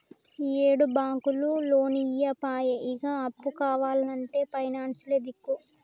ఈయేడు బాంకులు లోన్లియ్యపాయె, ఇగ అప్పు కావాల్నంటే పైనాన్సులే దిక్కు